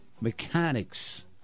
mechanics